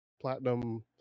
platinum